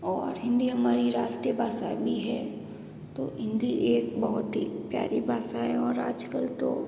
और हिंदी हमारी राष्ट्रीय भाषा भी है तो हिंदी एक बहुत ही प्यारी भाषा है और आजकल तो